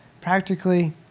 practically